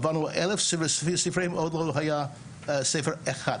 עברנו על אלף ספרים, עוד לא היה ספר אחד.